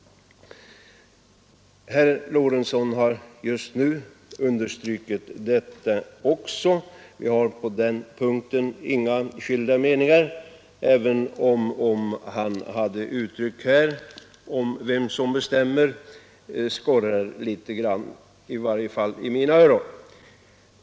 Herr Lorentzon och jag har sålunda på den punkten inga delade meningar, även om herr Lorentzons uttryck när det gällde vem det är som bestämmer i detta fall skorrade litet, åtminstone i mina öron.